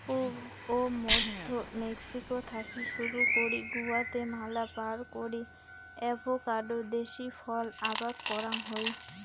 পুব ও মইধ্য মেক্সিকো থাকি শুরু করি গুয়াতেমালা পার করি অ্যাভোকাডো দেশী ফল আবাদ করাং হই